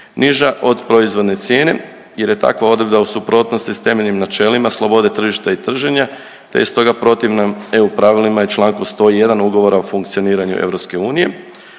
niža od proizvodne cijene jer je takva odredba u suprotnosti s temeljnim načelima slobode tržišta i trženja, te je stota protivna EU pravilima i čl. 101. Ugovora o funkcioniranju EU.